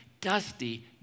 dusty